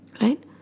right